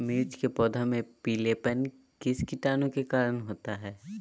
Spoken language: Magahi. मिर्च के पौधे में पिलेपन किस कीटाणु के कारण होता है?